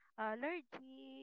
allergy